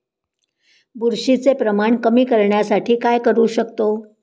बुरशीचे प्रमाण कमी करण्यासाठी काय करू शकतो?